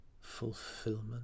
Fulfillment